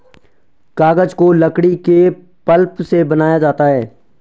कागज को लकड़ी के पल्प से बनाया जाता है